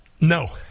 no